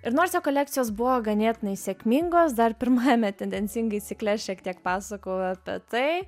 ir nors jo kolekcijos buvo ganėtinai sėkmingos dar pirmajame tendencingai cikle šiek tiek pasakojau apie tai